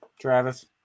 Travis